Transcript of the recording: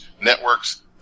networks